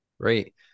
Great